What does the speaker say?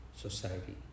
society